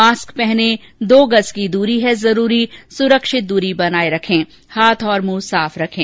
mask पहनें दो गज़ की दूरी है जरूरी सुरक्षित दूरी बनाए रखें हाथ और मुंह साफ रखें